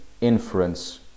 inference